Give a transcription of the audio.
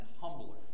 humbler